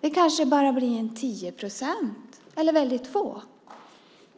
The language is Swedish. Det kanske bara blir tio procent eller väldigt få.